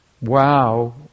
wow